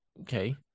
Okay